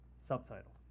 subtitle